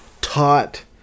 taught